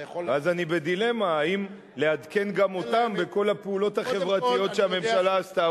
ואז אני בדילמה האם לעדכן גם אותם בכל הפעולות החברתיות שהממשלה עשתה,